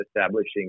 establishing